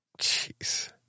Jeez